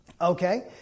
okay